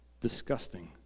disgusting